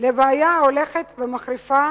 לבעיה ההולכת ומחריפה